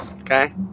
okay